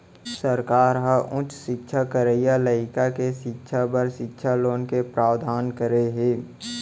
सरकार ह उच्च सिक्छा करइया लइका के सिक्छा बर सिक्छा लोन के प्रावधान करे हे